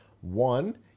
One